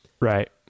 Right